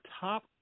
top